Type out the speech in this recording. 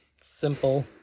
simple